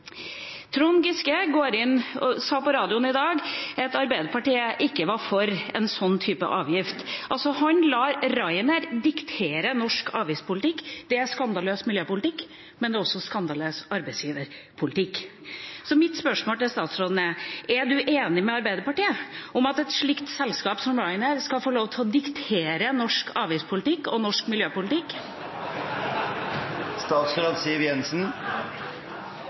sa på radioen i dag at Arbeiderpartiet ikke var for en sånn type avgift. Han lar altså Ryanair diktere norsk avgiftspolitikk. Det er skandaløs miljøpolitikk, men det er også skandaløs arbeidsgiverpolitikk. Mitt spørsmål til statsråden er: Er hun enig med Arbeiderpartiet i at et selskap som Ryanair skal få lov til å diktere norsk avgiftspolitikk og norsk miljøpolitikk?